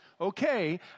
okay